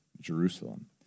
Jerusalem